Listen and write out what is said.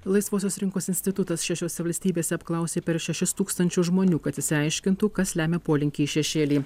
laisvosios rinkos institutas šešiose valstybėse apklausė per šešis tūkstančių žmonių kad išsiaiškintų kas lemia polinkį į šešėlį